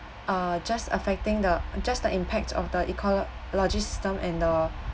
uh just affecting the just the impact of the ecolo~ logy system and the